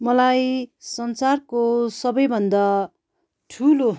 मलाई संसारको सबभन्दा ठुलो